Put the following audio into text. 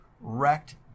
wrecked